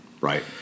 Right